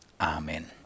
Amen